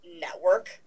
network